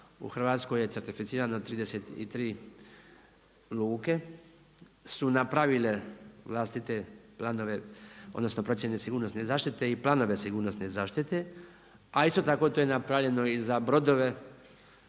U Hrvatskoj je certificirano 33 luke su napravile vlastite planove, odnosno procjene sigurnosne zaštite i planove sigurnosne zaštite. A isto tako to je napravljeno i za brodove